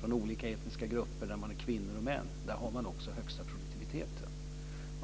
från olika etniska grupper, kvinnor och män har också den högsta produktiviteten.